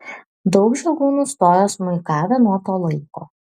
daug žiogų nustojo smuikavę nuo to laiko